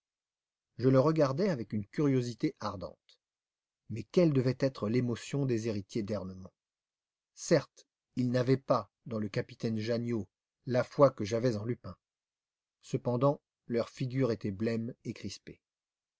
je le regardais avec une curiosité ardente mais quelle devait être l'émotion des héritiers d'ernemont certes ils n'avaient pas dans le capitaine janniot la foi que j'avais en lupin cependant leurs figures étaient blêmes et crispées